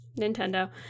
Nintendo